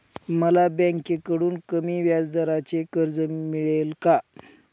मला बँकेकडून कमी व्याजदराचे कर्ज मिळेल का?